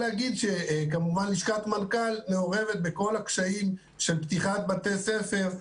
כמובן לשכת מנכ"ל מעורבת בכל הקשיים של פתיחת בתי ספר,